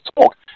talk